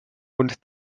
und